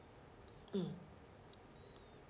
mm